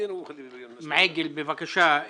בבקשה.